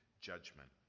judgment